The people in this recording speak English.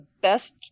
best